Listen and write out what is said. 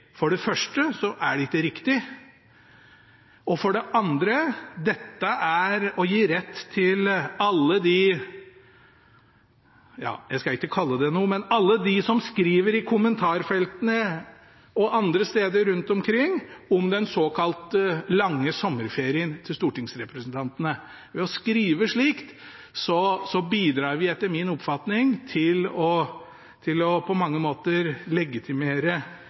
For det første er det ikke riktig, og for det andre er dette å gi rett til alle dem – ja, jeg skal ikke kalle dem noe – men alle dem som skriver i kommentarfeltene og andre steder om den såkalt lange sommerferien til stortingsrepresentantene. Ved å skrive slikt bidrar vi etter min oppfatning på mange måter til å legitimere